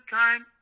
time